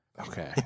Okay